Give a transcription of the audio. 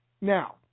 Now